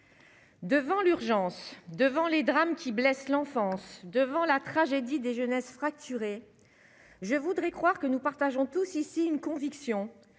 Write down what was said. devant l'urgence devant les drames qui blesse l'enfance devant la tragédie des jeunesses fracturé je voudrais croire que nous partageons tous ici une conviction